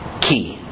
Key